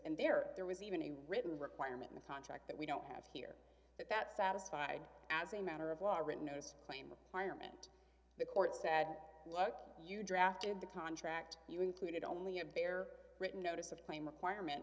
and there there was even a written requirement in a contract that we don't have here but that satisfied as a matter of law written notice claim apartment the court said look you drafted the contract you included only a bare written notice of claim acquirement